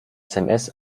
sms